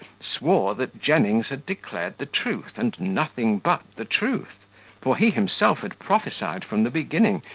swore that jennings had declared the truth, and nothing but the truth for he himself had prophesied, from the beginning,